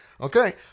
okay